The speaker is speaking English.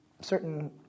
certain